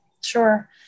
Sure